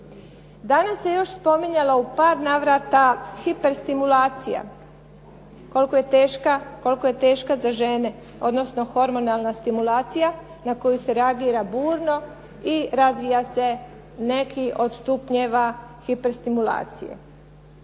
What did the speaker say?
Danas se još spominjalo u par navrata hiperstimulacija, koliko je teška, koliko je teška za žene, odnosno hormonalna stimulacija na koju se reagira burno i razvija se neki od stupnjeva hiperstimulacije.